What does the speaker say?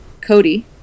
Cody